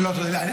לא, תודה.